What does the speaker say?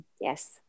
Yes